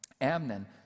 Amnon